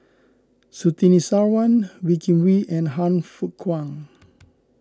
Surtini Sarwan Wee Kim Wee and Han Fook Kwang